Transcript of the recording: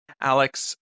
alex